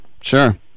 Sure